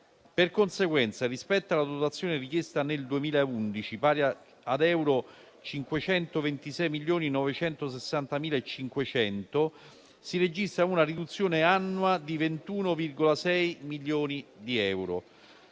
Per conseguenza, rispetto alla dotazione richiesta nel 2011, pari ad euro 526.960.500 si registra una riduzione annua di 21,6 milioni di euro.